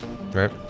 Right